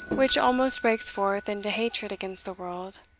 which almost breaks forth into hatred against the world,